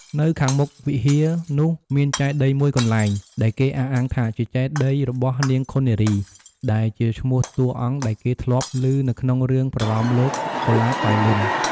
នៅខាងមុខវិហារនោះ មានចេតិយមួយកនែ្លង ដែលគេអះអាងថាជាចេតិយរបស់នាងឃុននារី ដែលជាឈ្មោះតួឯកដែលគេធ្លាប់ ឭនៅក្នុងរឿងប្រលោមលោកកុលាបប៉ៃលិន។